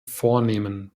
vornehmen